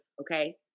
Okay